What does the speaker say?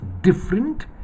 different